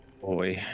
Boy